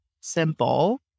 simple